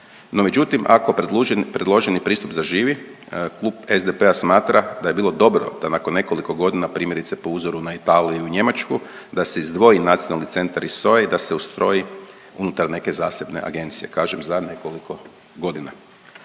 No međutim ako predloženi, predloženi pristup zaživi Klub SDP-a smatra da bi bilo dobro da nakon nekoliko godina, primjerice po uzoru na Italiju i Njemačku da se izdvoji Nacionalni centar iz SOA-e i da se ustroji unutar neke zasebne agencije, kažem za nekoliko godina.